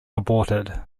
aborted